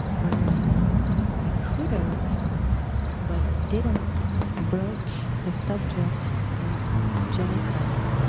whereas i could've but didn't broach the subject of genocide,